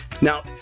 Now